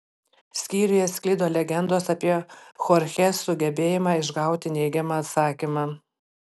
skyriuje sklido legendos apie chorchės sugebėjimą išgauti neigiamą atsakymą